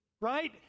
right